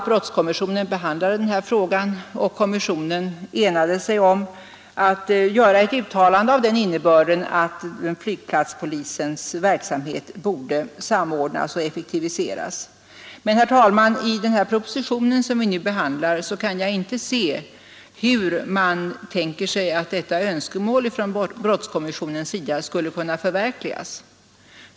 Brottskommissionen behandlade ju denna fråga, och kommissionen enade sig om att göra ett uttalande av den innebörden att flygplatspolisens verksamhet borde kunna samordnas och effektiviseras. Men, herr talman, i den proposition som vi nu behandlar kan jag inte se hur man tänker sig att detta önskemål från brottskommissionens sida skulle kunna förverkligas.